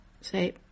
Say